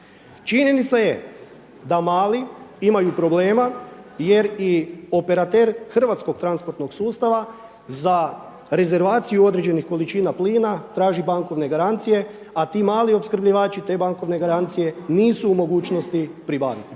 Činjenica je da mali imaju problema jer i operater hrvatskog transportnog sustava za rezervaciju određenih količina plina traži bankovne garancije, a ti mali opskrbljivači te bankovne garancije nisu u mogućnosti pribaviti,